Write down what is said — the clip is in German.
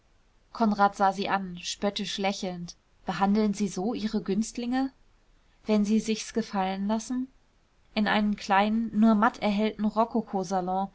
konrad sah sie an spöttisch lächelnd behandeln sie so ihre günstlinge wenn sie sich's gefallen lassen in einem kleinen nur matt erhellten